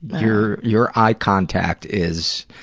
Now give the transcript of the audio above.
your your eye contact is.